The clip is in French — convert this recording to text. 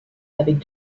avec